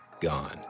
gone